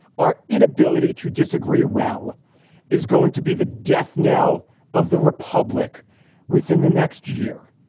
our inability to disagree well is going to be the death knell of the republic within the next year.